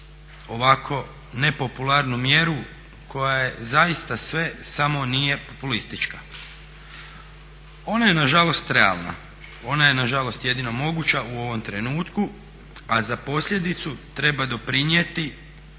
ovako nepopularnu mjeru koja je zaista sve samo nije populistička. Ona je na žalost realna, ona je na žalost jedino moguća u ovom trenutku, a za posljedicu treba doprinijeti